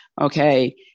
Okay